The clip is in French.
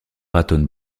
raton